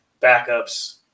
backups